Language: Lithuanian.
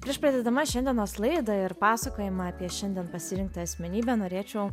prieš pradėdama šiandienos laidą ir pasakojimą apie šiandien pasirinktą asmenybę norėčiau